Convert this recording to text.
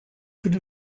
could